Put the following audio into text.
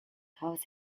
house